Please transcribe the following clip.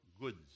goods